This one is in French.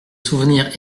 souvenirs